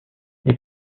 les